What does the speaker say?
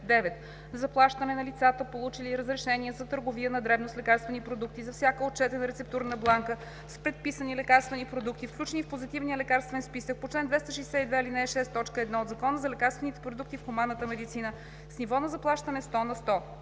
9: „9. заплащане на лицата, получили разрешение за търговия на дребно с лекарствени продукти, за всяка отчетена рецептурна бланка с предписани лекарствени продукти, включени в Позитивния лекарствен списък по чл. 262, ал. 6, т. 1 от Закона за лекарствените продукти в хуманната медицина, с ниво на заплащане 100 на